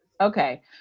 Okay